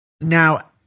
Now